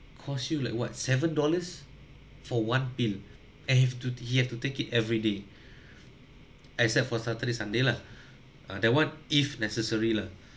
cost you like what seven dollars for one pill I have to he have to take it every day except for saturday sunday lah uh that one if necessary lah